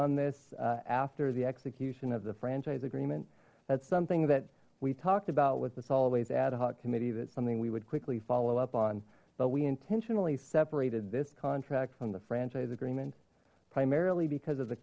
on this after the execution of the franchise agreement that's something that we talked about what this always ad hoc committee that's something we would quickly follow up on but we intentionally separated this contract from the franchise agreement primarily because of the